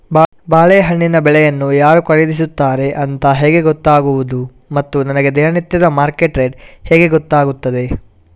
ಬಾಳೆಹಣ್ಣಿನ ಬೆಳೆಯನ್ನು ಯಾರು ಖರೀದಿಸುತ್ತಾರೆ ಅಂತ ಹೇಗೆ ಗೊತ್ತಾಗುವುದು ಮತ್ತು ನನಗೆ ದಿನನಿತ್ಯದ ಮಾರ್ಕೆಟ್ ರೇಟ್ ಹೇಗೆ ಗೊತ್ತಾಗುತ್ತದೆ?